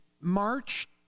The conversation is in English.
march